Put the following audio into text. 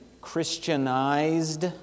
Christianized